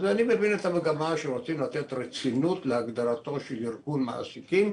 אז אני מבין את המגמה שרוצים לתת רצינות להגדרתו של ארגון מעסיקים,